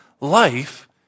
life